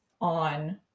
on